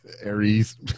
aries